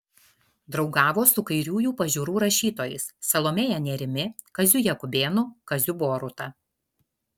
draugavo su kairiųjų pažiūrų rašytojais salomėja nėrimi kaziu jakubėnu kaziu boruta